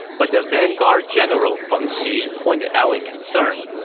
but the vanguard general feng xi pointed out a concern.